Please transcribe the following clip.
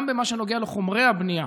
גם במה שנוגע לחומרי הבנייה,